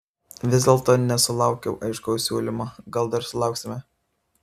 vis dėlto nesulaukiau aiškaus siūlymo gal dar sulauksime